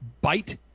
bite